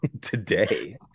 today